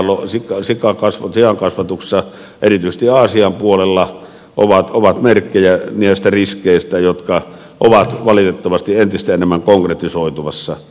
massateurastukset linnuille tai siankasvatuksessa erityisesti aasian puolella ovat merkkejä näistä riskeistä jotka ovat valitettavasti entistä enemmän konkretisoitumassa